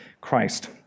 christ